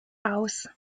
aus